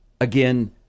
again